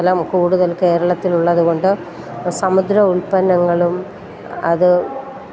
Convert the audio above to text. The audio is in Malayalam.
സ്ഥലം കൂടുതൽ കേരളത്തിൽ ഉള്ളതുകൊണ്ട് സമുദ്ര ഉൽപ്പന്നങ്ങളും അത്